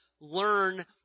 learn